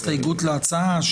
הסתייגות להצעה?